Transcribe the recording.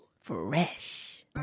Fresh